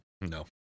No